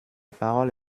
parole